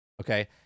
Okay